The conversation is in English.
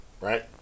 right